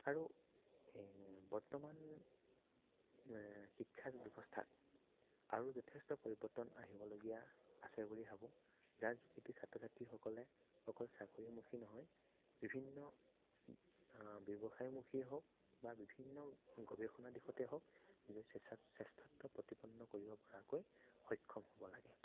আৰু বৰ্তমান শিক্ষা যি ব্যৱস্থা আৰু যথেষ্ট পৰিৱৰ্তন আহিবলগীয়া আছে বুলি ভাবোঁ যাৰ যোগেদি ছাত্ৰ ছাত্ৰীসকলে অকল চাকৰিমুখী নহৈ বিভিন্ন ব্যৱসায়মুখীয়েই হওক বা বিভিন্ন গৱেষণা দিশতেই হওক শ্ৰেষ্ঠত্ব প্ৰতিপন্ন কৰিব পৰাকৈ সক্ষম হ'ব লাগে